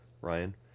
Ryan